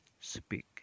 speak